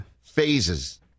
Phases